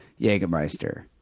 Jägermeister